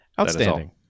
Outstanding